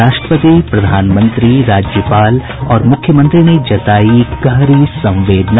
राष्ट्रपति प्रधानमंत्री राज्यपाल और मुख्यमंत्री ने जतायी गहरी संवदेना